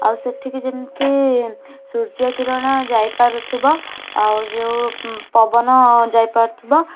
ଆଉ ସେଠିକି ଯେମିତି ସୂର୍ଯ୍ୟ କିରଣ ଯାଇ ପାରୁଥିବ ଆଉ ଯେଉଁ ପବନ ଯାଇ ପାରୁଥିବ